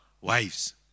wives